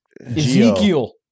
Ezekiel